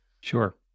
Sure